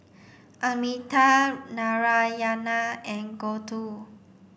Amitabh Narayana and Gouthu